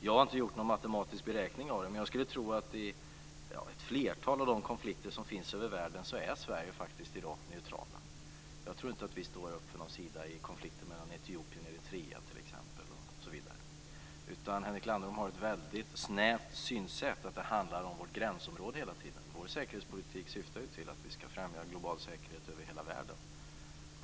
Jag har inte gjort någon matematisk beräkning av det, men jag skulle tro att Sverige i dag faktiskt är neutralt i ett flertal av de konflikter som finns över världen. Jag tror inte att vi står upp för någon sida t.ex. i konflikten mellan Etiopien och Eritrea osv. Henrik Landerholm har ett väldigt snävt synsätt, att det hela tiden handlar om vårt gränsområde. Vår säkerhetspolitik syftar ju till att vi ska främja global säkerhet över hela världen.